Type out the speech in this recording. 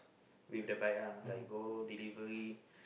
with the bike ah like go delivery